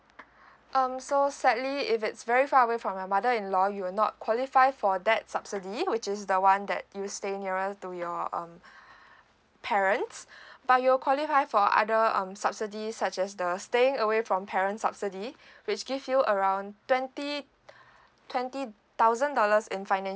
um so sadly if it's very far away from your mother in law you will not qualify for that subsidy which is the one that you stay nearer to your um parents but you will qualify for other um subsidy such as the staying away from parent subsidy which give you around twenty twenty thousand dollars in financial